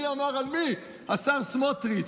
מי אמר על מי, השר סמוטריץ'?